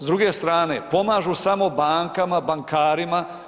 S druge strane, pomažu samo bankama, bankarima.